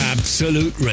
Absolute